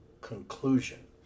conclusion